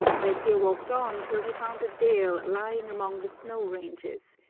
grettir walked on till he found a dale lying among the snow-ranges,